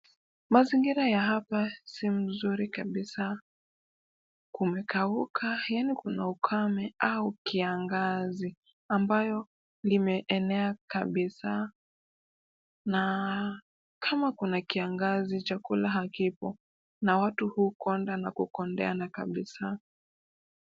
Mazingira ya hapa si mzuri kabisa. Kumekauka yaani kuna ukame au kiangazi ambayo limeenea kabisa na kama kuna kiangazi, chakula hakipo na watu hukonda na kukondeana kabisa.